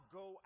go